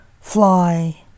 Fly